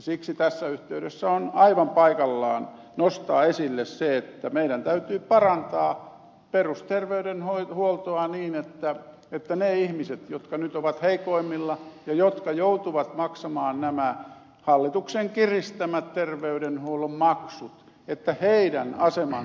siksi tässä yhteydessä on aivan paikallaan nostaa esille se että meidän täytyy parantaa perusterveydenhuoltoa niin että niiden ihmisten jotka nyt ovat heikoimmilla ja jotka joutuvat maksamaan nämä hallituksen kiristämät terveydenhuollon maksut asema paranee